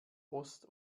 ost